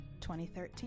2013